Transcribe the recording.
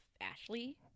Ashley